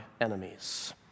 enemies